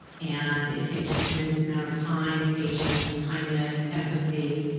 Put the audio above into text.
and it takes a tremendous amount of time, patience, kindness, empathy,